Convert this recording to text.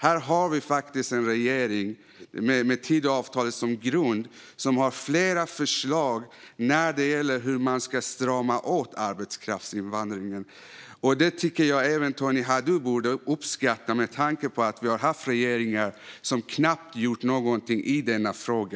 Här har vi faktiskt en regering med Tidöavtalet som grund som har flera förslag när det gäller hur man ska strama åt arbetskraftsinvandringen. Det tycker jag att även Tony Haddou borde uppskatta med tanke på att vi har haft regeringar som knappt gjort någonting i denna fråga.